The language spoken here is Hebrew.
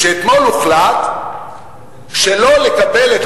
אתמול הוחלט שלא לקבל,